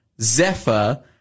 zephyr